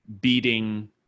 beating